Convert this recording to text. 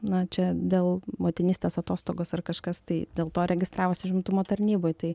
na čia dėl motinystės atostogos ar kažkas tai dėl to registravosi užimtumo tarnyboj tai